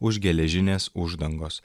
už geležinės uždangos